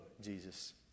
Jesus